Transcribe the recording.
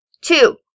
two